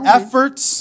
efforts